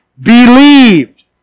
believed